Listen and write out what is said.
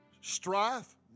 strife